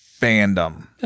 fandom